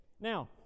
Now